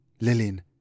Lillian